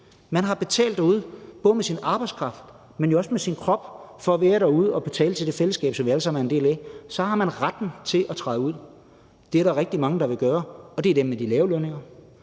Man har betalt derude både med sin arbejdskraft, men jo også med sin krop, ved at være derude og betale til det fællesskab, som vi alle sammen er en del af. Så har man retten til at trække sig tilbage. Det er der rigtig mange der vil gøre, og det er dem med de lave lønninger.